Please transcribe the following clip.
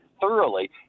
thoroughly